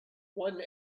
one